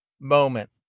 moment